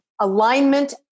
Alignment